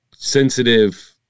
sensitive